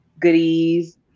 goodies